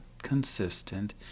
consistent